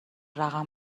رقم